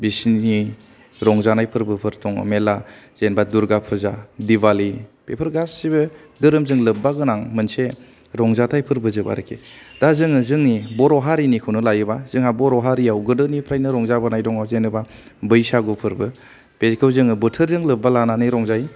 बिसिनि रंजानाय फोर्बोफोर दङ मेला जेनबा दुर्गा फुजा दिवालि बेफोर गासिबो धोरोमजों लोब्बा गोनां मोनसे रंजाथाइ फोर्बोजोब आरोखि दा जों जोंनि बर' हारिनि खौनो लायोबा जोंहा बर'हारियाव गोदोनि फ्रायनो रंजा बोनाय दङ जेनावबा बैसागु फोरबो बेखौ जोङो बोथोरजों लोब्बा लानानै रंजायो